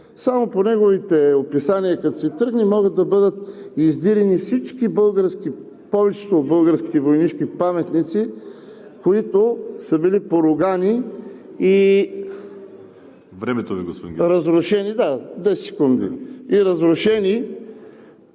само по неговите описания, могат да бъдат издирени повечето от българските войнишки паметници, които са били поругани и разрушени